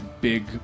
big